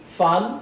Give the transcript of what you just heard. fun